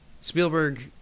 Spielberg